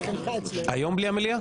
היום בלי המליאה?